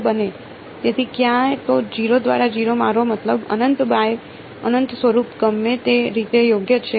તેથી ક્યાં તો 0 દ્વારા મારો મતલબ અનંત બાય અનંત સ્વરૂપ ગમે તે રીતે યોગ્ય છે